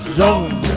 zone